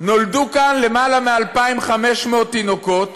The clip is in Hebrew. נולדו כאן יותר מ-2,500 תינוקות